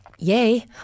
yay